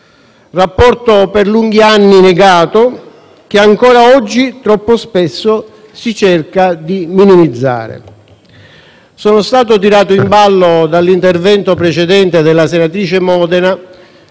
rapporto per lunghi anni negato e che ancora oggi troppo spesso si cerca di minimizzare. Sono stato tirato in ballo dall'intervento precedente della senatrice Modena